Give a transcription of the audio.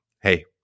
hey